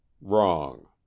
wrong